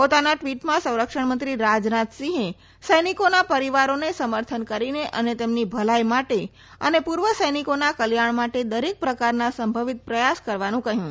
પોતાના ટવીટમાં સંરક્ષણ મંત્રી રાજનાથ સિંહે સૈનિકોના પરીવારોને સમર્થન કરીને અને તેમની ભલાઇ માટે અને પુર્વ સૈનિકોના કલ્યાણ માટે દરેક પ્રકારના સંભવિત પ્રયાસ કરવાનું કહયું